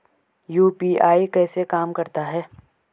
UPI कैसे काम करता है?